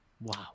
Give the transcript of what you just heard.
Wow